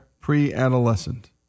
pre-adolescent